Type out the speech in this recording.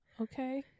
Okay